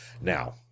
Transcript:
Now